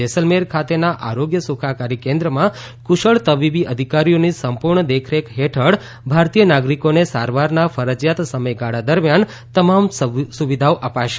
જેસલમેર ખાતેના આરોગ્ય સુખાકારી કેન્દ્રમાં કુશળ તબીબી અધિકારીઓની સંપૂર્ણ દેખરેખ હેઠળ ભારતીય નાગરિકોને સારવારના ફરજીયાત સમયગાળા દરમિયાન તમામ સુવિધાઓ અપાશે